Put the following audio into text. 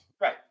Right